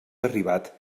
arribat